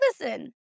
listen